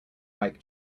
bike